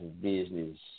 business